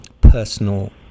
personal